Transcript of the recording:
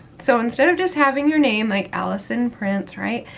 so, instead of just having your name like alison prince, right,